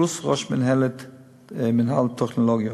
פלוס ראש מינהל טכנולוגיות.